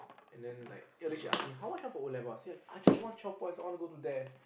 and then like and then she ask me how much your for O-levels ah said I just want twelve points I want to go to there